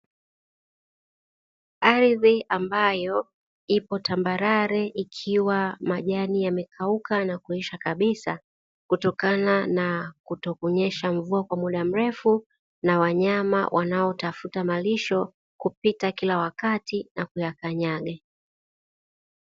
Ardhi ambayo ipo tambalale, ikiwa na majani yaliokauka na kuisha kabisa. Kutokana na kutokunyesha mvua kwa muda mrefu na wanyama wanaotafuta malisho kupita kila wakati na kuyakanyaga.